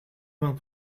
vingt